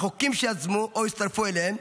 החוקים שיזמו או הצטרפו אליהם,